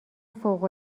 فوق